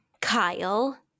kyle